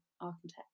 architect